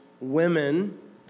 women